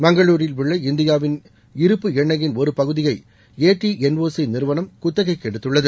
மங்களூரில் உள்ள இந்தியாவின் இருப்பு எண்ணெய்யின் ஒரு பகுதியை ஏடிஎன்ஒசி நிறுவனம் குத்தகைக்கு எடுத்துள்ளது